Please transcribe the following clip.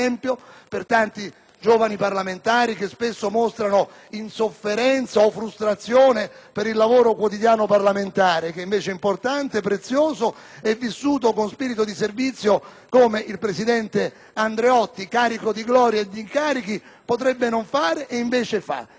giovani parlamentari che spesso mostrano insofferenza o frustrazione per il quotidiano lavoro parlamentare, che invece è importante, prezioso e va vissuto con spirito di servizio come il presidente Andreotti, carico di gloria e di incarichi, potrebbe non fare e invece fa, essendo anche in questo esempio